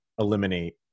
eliminate